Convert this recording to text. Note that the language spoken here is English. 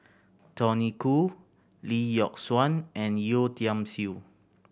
Tony Khoo Lee Yock Suan and Yeo Tiam Siew